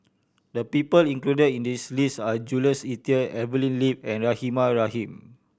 the people included in this list are Jules Itier Evelyn Lip and Rahimah Rahim